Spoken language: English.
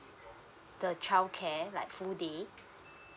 the childcare like full day